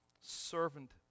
servant